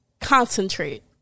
concentrate